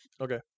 Okay